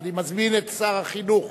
ואני מזמין את שר החינוך